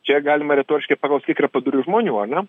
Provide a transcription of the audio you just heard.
čia galima retoriškai paklaust kiek yra padorių žmonių ar ne